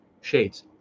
shades